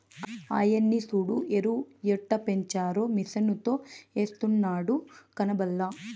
ఆయన్ని సూడు ఎరుయెట్టపెంచారో మిసనుతో ఎస్తున్నాడు కనబల్లా